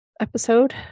episode